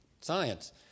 science